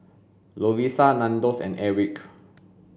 Lovisa Nandos and Airwick